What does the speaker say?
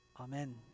amen